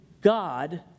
God